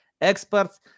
experts